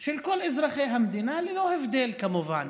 של כל אזרחי המדינה, ללא הבדל כמובן